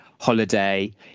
holiday